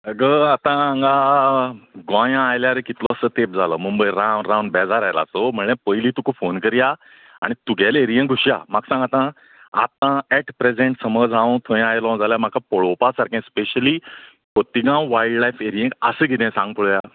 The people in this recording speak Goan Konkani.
आगो आता हांगा गोंया आयल्यार कितलो सो तेप जालो मुंबय रावन रावन बेजार आयला सो म्हळें पयली तुका फोन करया आनी तुगेले एरियेंत घुसया म्हाका सांग आतां आतां एट प्रेंजेंट समज हांव थंय आयलो जाल्यार म्हाका पळोवपा सारकें स्पॅशली खोतिगांव वायल्ड लायफ एरियेंत आसा कितें सांग पळोवया